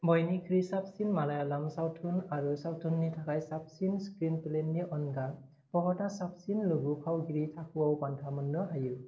बयनिख्रुइ साबसिन मालायालम सावथुन आरो सावथुननि थाखाय साबसिन स्क्रिनप्लेनि अनगा फाहादआ साबसिन लोगो फावगिरि थाखोआव बान्था मोननो हायो